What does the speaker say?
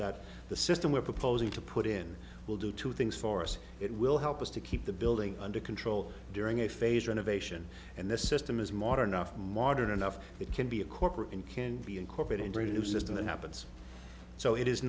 that the system we're proposing to put in will do two things for us it will help us to keep the building under control during a phase renovation and the system is modern up modern enough it can be a corporate and can be incorporated into a new system that happens so it is